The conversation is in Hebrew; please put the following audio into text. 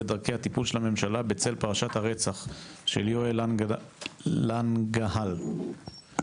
ודרכי הטיפול של הממשלה בשל פרשת הרצח של יואל להנגהל ז"ל.